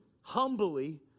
humbly